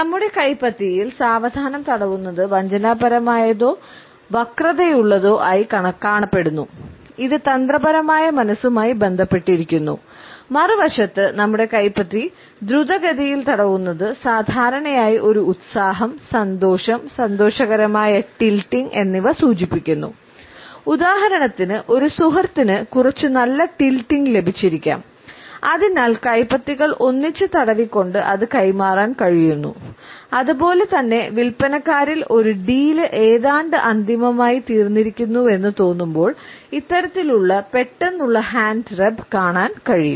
നമ്മുടെ കൈപ്പത്തിയിൽ സാവധാനം തടവുന്നത് വഞ്ചനാപരമായതോ വക്രതയുള്ളതോ ആയി കാണപ്പെടുന്നു ഇത് തന്ത്രപരമായ മനസ്സുമായി ബന്ധപ്പെട്ടിരിക്കുന്നു മറുവശത്ത് നമ്മുടെ കൈപ്പത്തി ദ്രുതഗതിയിൽ തടവുന്നത് സാധാരണയായി ഒരു ഉത്സാഹം സന്തോഷം സന്തോഷകരമായ ടിൽറ്റിംഗ് കാണാൻ കഴിയും